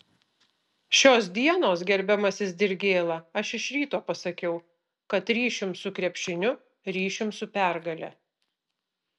šios dienos gerbiamasis dirgėla aš iš ryto pasakiau kad ryšium su krepšiniu ryšium su pergale